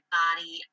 body